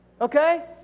Okay